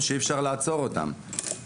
ואנחנו צריכים את בעלי הקבוצות גם כן.